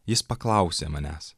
jis paklausė manęs